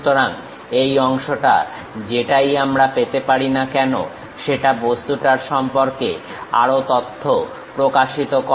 সুতরাং এই অংশটা যেটাই আমরা পেতে পারি না কেন সেটা বস্তুটার সম্পর্কে আরো তথ্য প্রকাশিত করে